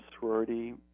sorority